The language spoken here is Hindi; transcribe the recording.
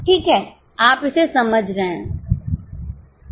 ठीक है आप इसे समझ रहे हैं